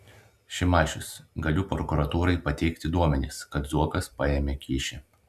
šimašius galiu prokuratūrai pateikti duomenis kad zuokas paėmė kyšį